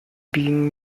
being